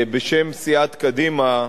בשם סיעת קדימה,